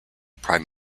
prime